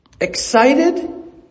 excited